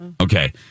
Okay